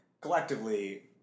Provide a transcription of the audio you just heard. collectively